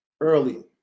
early